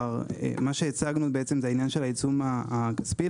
מה שהצגנו זה את העניין של העיצום הכספי.